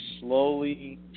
slowly